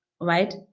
right